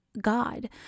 God